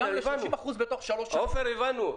הבנו.